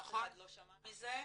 אף אחד לא שמע מזה.